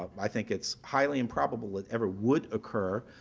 um i think it's highly improbable it ever would occur,